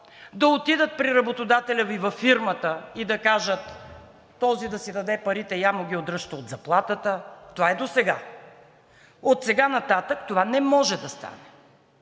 да отидат при работодателя Ви във фирмата и да кажат – този да си даде парите, я му ги удръжте от заплатата, това е досега. Отсега нататък това не може да стане.